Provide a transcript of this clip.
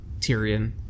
Tyrion